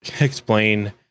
explain